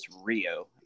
Rio